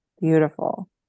beautiful